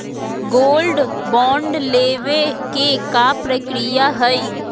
Gold bond लेवे के का प्रक्रिया हई?